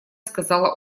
сказала